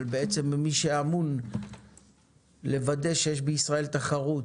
בעצם במי שאמון לוודא שיש בישראל תחרות,